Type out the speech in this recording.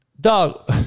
Dog